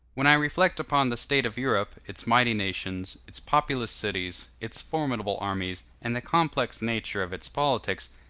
when i reflect upon the state of europe, its mighty nations, its populous cities, its formidable armies, and the complex nature of its politics,